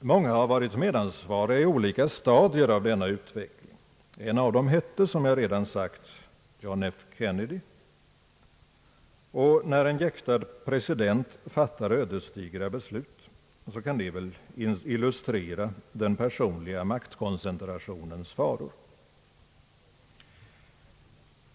Många har varit medansvariga i olika stadier av denna utveckling. En av dem hette, som jag redan sagt, John F. Kennedy, och när en jäktad president fattar ödesdigra beslut så kan det illustrera den personliga maktkoncentrationens faror.